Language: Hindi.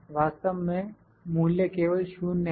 वास्तव में मूल्य केवल 0 है